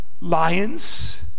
lions